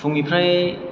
फुंनिफ्राय